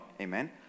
amen